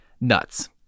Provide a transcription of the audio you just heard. nuts